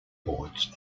boards